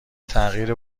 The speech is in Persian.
تغییر